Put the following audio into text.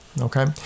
okay